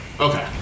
Okay